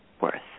worth